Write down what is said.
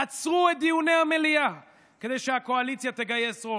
עצרו את דיוני המליאה כדי שהקואליציה תגייס רוב.